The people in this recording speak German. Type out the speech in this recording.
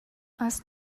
als